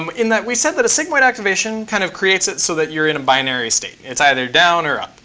um in that we said that a sigmoid activation kind of creates it so that you're in a binary state. it's either down or up.